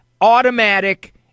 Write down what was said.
automatic